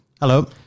Hello